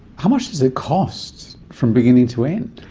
how much does it cost from beginning to end